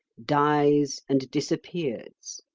dies and disappears.